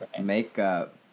makeup